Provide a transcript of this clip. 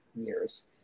years